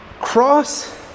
cross